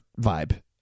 vibe